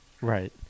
Right